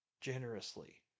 generously